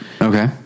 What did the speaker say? Okay